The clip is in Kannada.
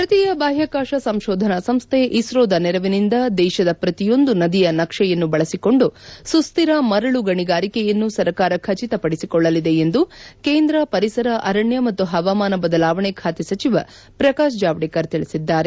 ಭಾರತೀಯ ಬಾಹ್ಯಾಕಾಶ ಸಂಶೋಧನಾ ಸಂಸ್ಥೆ ಇಸೋದ ನೆರವಿನಿಂದ ದೇಶದ ಪ್ರತಿಯೊಂದು ನದಿಯ ನಕ್ಷೆಯನ್ನು ಬಳಸಿಕೊಂಡು ಸುಶ್ರಿರ ಮರಳು ಗಣಿಗಾರಿಕೆಯನ್ನು ಸರಕಾರ ಖಚಿತಪಡಿಸಿಕೊಳ್ಳಲಿದೆ ಎಂದು ಕೇಂದ್ರ ಪರಿಸರ ಅರಣ್ಯ ಮತ್ತು ಪವಾಮಾನ ಬದಲಾವಣೆ ಖಾತೆ ಸಚಿವ ಪ್ರಕಾಶ್ ಜಾವಡೇಕರ್ ತಿಳಿಸಿದ್ದಾರೆ